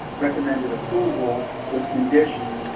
recommended approval with conditions.